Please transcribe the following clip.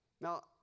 Now